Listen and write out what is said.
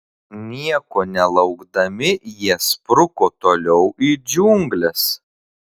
nieko nelaukdami jie spruko toliau į džiungles